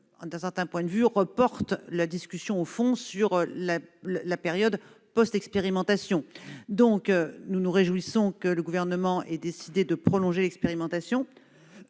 reporte en quelque sorte la discussion de fond sur la période post-expérimentation. Nous nous réjouissons que le Gouvernement ait décidé de prolonger l'expérimentation.